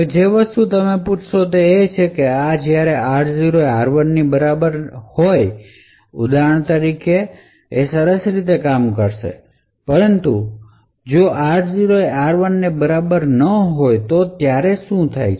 હવે જે વસ્તુ તમે પૂછશો તે એ છે કે આ જ્યારે r0 એ r1 ની બરાબર હોય ત્યારે ઉદાહરણ માટે સરસ રીતે કામ કરશે પરંતુ જ્યારે r0 એ r1 ની બરાબર ન હોય ત્યારે શું થાય